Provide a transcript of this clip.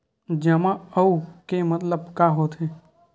जमा आऊ के मतलब का होथे?